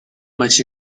маш